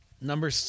Number